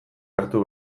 hartu